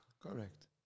Correct